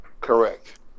Correct